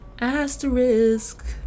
Asterisk